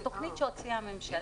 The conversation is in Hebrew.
תכנית שהוציאה הממשלה.